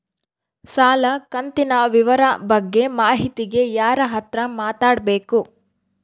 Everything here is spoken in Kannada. ಸಾಲ ಕಂತಿನ ವಿವರ ಬಗ್ಗೆ ಮಾಹಿತಿಗೆ ಯಾರ ಹತ್ರ ಮಾತಾಡಬೇಕು?